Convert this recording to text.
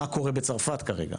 מה קורה בצרפת כרגע.